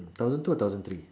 mm thousand two or thousand three